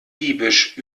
diebisch